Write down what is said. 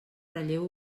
relleu